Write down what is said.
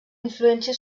influència